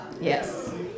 Yes